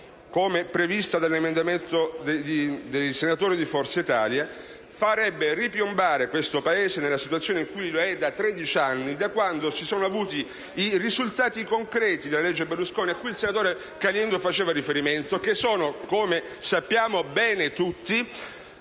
come prevista nell'emendamento 9.316, farebbe ripiombare questo Paese nella situazione in cui è da tredici anni, cioè da quando si sono avuti i risultati concreti della legge Berlusconi, cui il senatore Caliendo faceva riferimento, e che - come sappiamo bene tutti